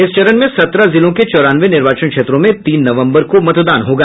इस चरण में सत्रह जिलों के चौरानवे निर्वाचन क्षेत्रों में तीन नवम्बर को मतदान होगा